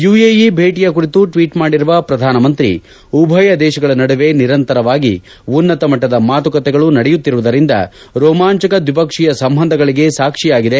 UAE ಭೇಟಿಯ ಕುರಿತು ಟ್ಲೀಟ್ ಮಾಡಿರುವ ಪ್ರಧಾನಮಂತ್ರಿ ಉಭಯ ದೇಶಗಳ ನಡುವೆ ನಿರಂತರವಾಗಿ ಉನ್ನತ ಮಟ್ಲದ ಮಾತುಕತೆಗಳು ನಡೆಯುತ್ತಿರುವುದರಿಂದ ರೋಮಾಂಚಕ ದ್ವಿಪಕ್ಷೀಯ ಸಂಬಂಧಗಳಿಗೆ ಸಾಕ್ಷಿಯಾಗಿದೆ